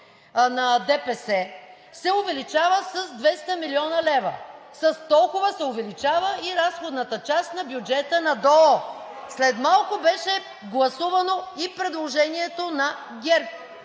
на ДПС – се увеличава с 200 млн. лв. С толкова се увеличава и разходната част на бюджета на ДОО. След малко беше гласувано и предложението на ГЕРБ,